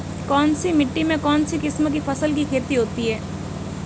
कौनसी मिट्टी में कौनसी किस्म की फसल की खेती होती है?